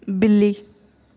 ਬਿੱਲੀ